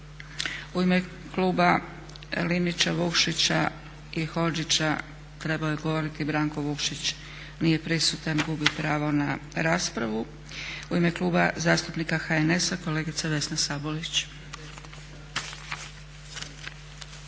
U ime kluba Linića, Vukšića i Hodžića trebao je govoriti Branko Vukšić. Nije prisutan, gubi pravo na raspravu. U ime Kluba zastupnika HNS-a kolegica Vesna Sabolić.